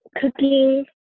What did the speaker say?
cooking